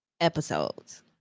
episodes